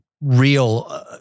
real